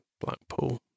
Blackpool